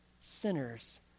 Sinners